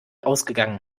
ausgegangen